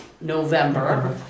November